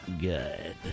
good